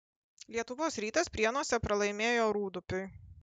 lietuvos rytas prienuose pralaimėjo rūdupiui